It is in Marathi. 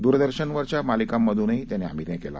दूरदर्शनवरच्या मालिकांमधूनही त्यांनी अभिनय केला